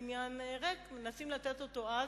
היה מעניין מטייבה לפה,